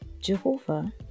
Jehovah